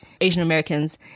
Asian-Americans